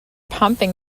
pumping